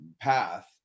path